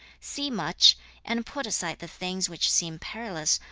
see much and put aside the things which seem perilous,